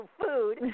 food